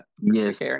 Yes